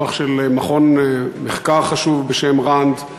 דוח של מכון מחקר חשוב בשם "ראנד",